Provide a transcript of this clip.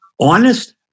honest